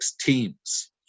teams